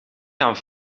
gaan